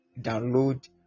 download